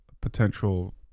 potential